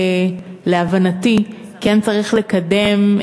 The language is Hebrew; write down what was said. להבנתי, כן צריך לקדם,